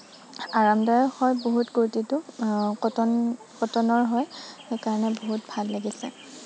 আৰামদায়ক হয় বহুত কুৰ্টিটো কটন কটনৰ হয় সেইকাৰণে বহুত ভাল লাগিছে